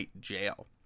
Jail